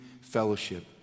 fellowship